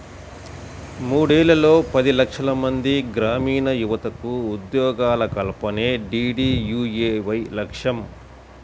మూడేళ్లలో పది లక్షలమంది గ్రామీణయువతకు ఉద్యోగాల కల్పనే డీడీయూఏవై లక్ష్యం